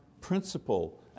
principle